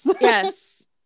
Yes